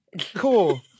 Cool